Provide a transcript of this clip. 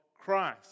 Christ